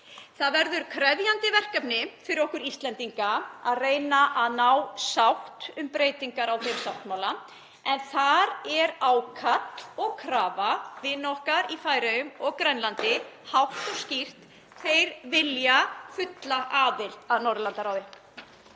Það verður krefjandi verkefni fyrir okkur Íslendinga að reyna að ná sátt um breytingar á þeim sáttmála en þar er ákall og krafa vina okkar í Færeyjum og á Grænlandi hátt og skýrt: Þeir vilja fulla aðild að Norðurlandaráði.